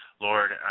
Lord